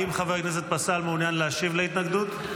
האם חבר הכנסת פסל מעוניין להשיב להתנגדות?